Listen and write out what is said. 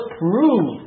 prove